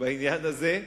בעניין הזה,